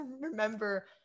remember